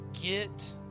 Get